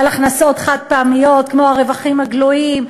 על הכנסות חד-פעמיות כמו הרווחים הכלואים,